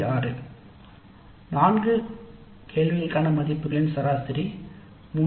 6 நான்கு கேள்விகளுக்கான மதிப்புகளின் சராசரி 3